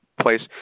place